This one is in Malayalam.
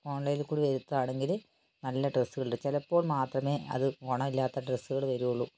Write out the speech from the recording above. ഓൺലൈനിൽ കൂടി വരുത്തുകയാണെങ്കില് നല്ല ഡ്രസ്സുകളുണ്ട് ചിലപ്പോൾ മാത്രമേ അത് ഗുണം ഇല്ലാത്ത ഡ്രെസ്സുകൾ വരുകയുള്ളു